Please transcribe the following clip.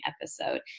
episode